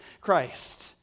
Christ